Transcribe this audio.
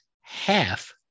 half